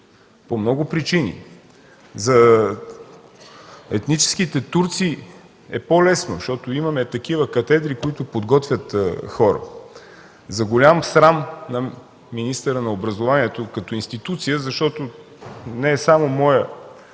по много причини. За етническите турци е по-лесно, защото имаме такива катедри, които подготвят хора. За голям срам на министъра на образованието като институция, защото не е само моя